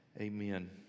amen